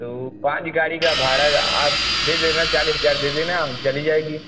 तो पाँच गाड़ी का भाड़ा आप दे देना चालीस हज़ार दे देना चली जाएगी